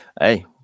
Hey